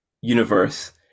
universe